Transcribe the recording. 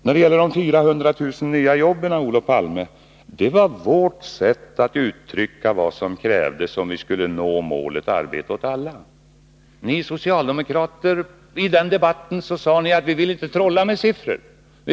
Vad beträffar de 400 000 nya jobben vill jag säga till Olof Palme att det var vårt sätt att uttrycka vad som krävdes, om vi skulle nå målet arbete åt alla. Ni socialdemokrater sade i den debatten att ni inte ville trolla med siffror.